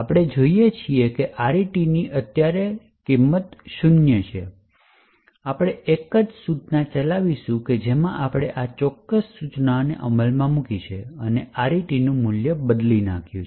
આપણે જોઈએ છીએ કે RET ની અત્યારે શૂન્યની કિંમત છે આપણે એક જ સૂચના ચલાવીશું કે જેમાં આપણે આ ચોક્કસ સૂચનાને અમલમાં મૂકી છે અને RET મૂલ્ય બદલી નાખ્યું છે